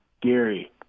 Gary